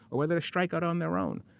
or whether to strike out on their own,